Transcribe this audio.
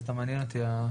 סתם מעניין אותי.